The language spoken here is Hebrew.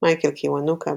מייקל קיוונוקה,